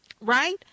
right